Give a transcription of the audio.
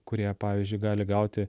kurie pavyzdžiui gali gauti